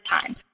time